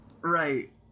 Right